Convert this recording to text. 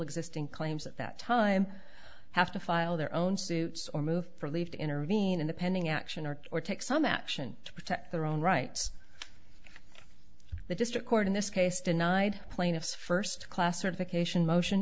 existing claims at that time have to file their own suits or move for leave to intervene in the pending action or take some action to protect their own rights the district court in this case denied plaintiff's first class certification motion